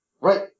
right